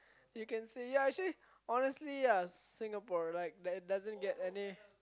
you can say ya actually honestly ya Singapore like that doesn't get any